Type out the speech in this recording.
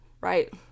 right